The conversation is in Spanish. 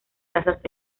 tazas